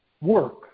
work